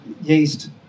yeast